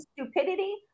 stupidity